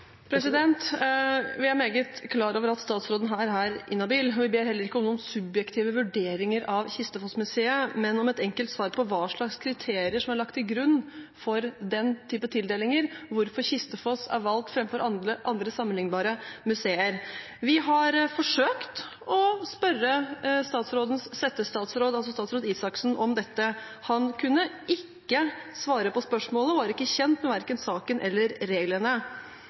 Vi er meget klar over at statsråden her er inhabil. Vi ber heller ikke om noen subjektive vurderinger av Kistefos-museet, men om et enkelt svar på hva slags kriterier som er lagt til grunn for den type tildelinger, og hvorfor Kistefos er valgt framfor andre sammenlignbare museer. Vi har forsøkt å spørre statsrådens settestatsråd, statsråd Røe Isaksen, om dette. Han kunne ikke svare på spørsmålet og var ikke kjent med verken saken eller reglene.